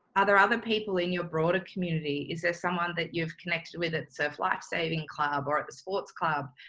other other people in your broader community? is there someone that you've connected with at surf lifesaving club or at the sports club,